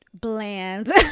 bland